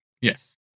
Yes